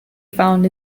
found